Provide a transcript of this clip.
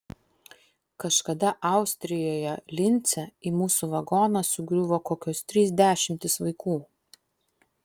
kažkada austrijoje lince į mūsų vagoną sugriuvo kokios trys dešimtys vaikų